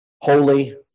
holy